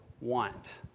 want